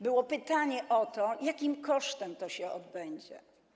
Było pytanie o to, jakim kosztem to się odbędzie.